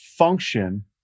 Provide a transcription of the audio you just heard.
function